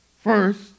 First